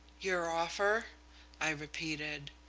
your offer i repeated.